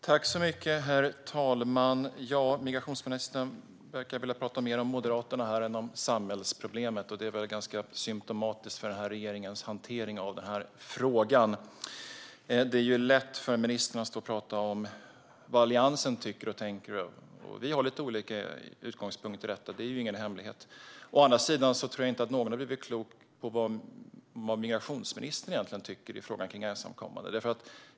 Herr talman! Migrationsministern verkar vilja prata mer om Moderaterna än om samhällsproblemet, och det är väl ganska symtomatiskt för regeringens hantering av den här frågan. Det är lätt för ministern att stå och prata om vad Alliansen tycker och tänker. Vi har lite olika utgångspunkter i detta; det är ingen hemlighet. Å andra sidan tror jag inte att någon har blivit klok på vad migrationsministern egentligen tycker i frågan kring ensamkommande.